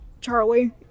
charlie